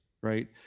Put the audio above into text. right